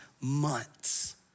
months